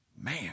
Man